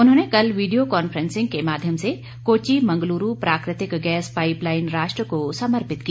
उन्होंने कल video conferencing के माध्यम से कोच्चि मंगलुरू प्राकृतिक गैस पाइपलाइन राष्ट्र को समर्पित की